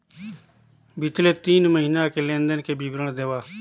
बितले तीन महीना के लेन देन के विवरण देवा?